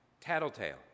tattletale